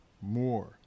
more